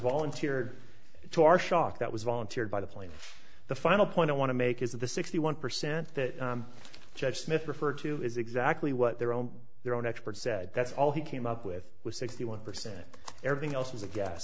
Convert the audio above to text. volunteered to our shock that was volunteered by the plaintiff the final point i want to make is that the sixty one percent that judge smith referred to is exactly what their own their own experts said that's all he came up with was sixty one percent everything else was